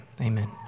Amen